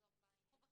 ולחזור.